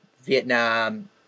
Vietnam